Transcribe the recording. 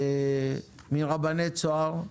מרבני צהר,